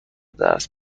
درس